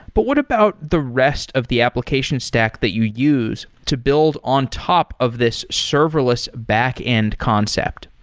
but what about the rest of the application stack that you use to build on top of this serverless backend concept?